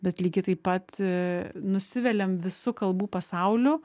bet lygiai taip pat nusiviliam visu kalbų pasauliu